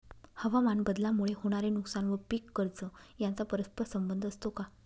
हवामानबदलामुळे होणारे नुकसान व पीक कर्ज यांचा परस्पर संबंध असतो का?